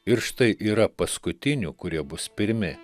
ir štai yra paskutinių kurie bus pirmi